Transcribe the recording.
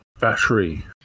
battery